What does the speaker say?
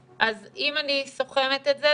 אז אם אני סוכמת את זה,